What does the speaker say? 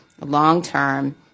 long-term